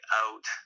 out